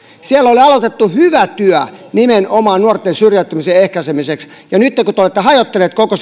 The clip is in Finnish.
siellä oli aloitettu hyvä työ nimenomaan nuorten syrjäytymisen ehkäisemiseksi nyt kun te olette hajottaneet koko